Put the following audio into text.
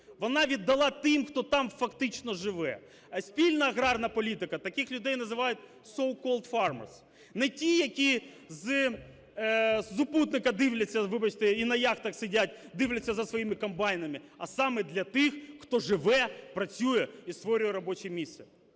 вона віддала тим, хто там фактично живе. А спільна аграрна політика таких людей називає soulcal farmers. Не ті, які з супутника дивляться, вибачте, і на яхтах сидять, дивляться за своїми комбайнами, а саме для тих, хто живе, працює і створює робоче місце.